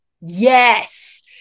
yes